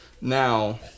now